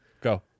Go